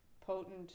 potent